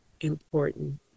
important